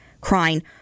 crying